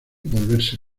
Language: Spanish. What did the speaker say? volverse